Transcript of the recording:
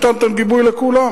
שאתה נותן גיבוי לכולם?